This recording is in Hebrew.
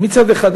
מצד אחד,